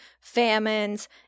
famines